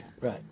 Right